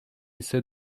ise